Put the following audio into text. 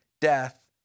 death